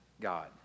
God